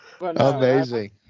Amazing